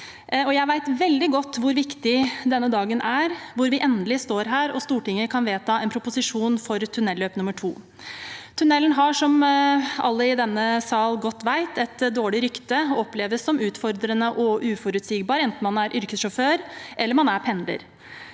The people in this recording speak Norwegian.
Jeg vet veldig godt hvor viktig denne dagen er, hvor vi endelig står her og Stortinget kan vedta en proposisjon for tunnelløp nummer to. Tunnelen har, som alle i denne sal godt vet, et dårlig rykte og oppleves som utfordrende og uforutsigbar enten man er yrkessjåfør eller man er